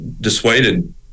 dissuaded